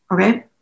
okay